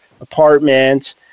apartment